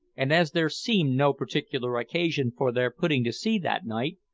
and as there seemed no particular occasion for their putting to sea that night,